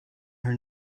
her